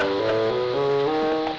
so